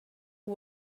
who